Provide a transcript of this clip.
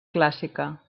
clàssica